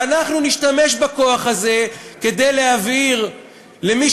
ואנחנו נשתמש בכוח הזה כדי להבהיר למי